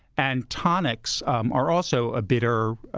and tonics um are also a bitter,